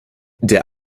der